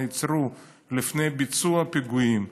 שנעצרו לפני ביצוע פיגועים,